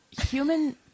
human